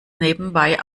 nebenbei